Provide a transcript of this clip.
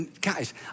guys